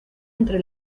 entre